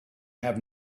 have